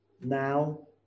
Now